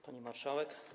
Pani Marszałek!